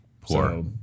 Poor